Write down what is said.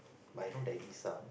but I know there is some